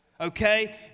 okay